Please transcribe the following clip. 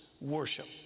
Worship